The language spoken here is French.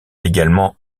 également